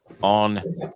on